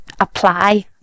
apply